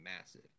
massive